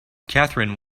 catherine